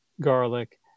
garlic